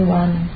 one